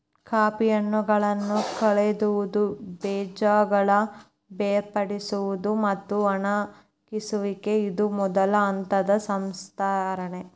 coffee ಹಣ್ಣುಗಳನ್ನಾ ಕೇಳುವುದು, ಬೇಜಗಳ ಬೇರ್ಪಡಿಸುವುದು, ಮತ್ತ ಒಣಗಿಸುವಿಕೆ ಇದು ಮೊದಲ ಹಂತದ ಸಂಸ್ಕರಣೆ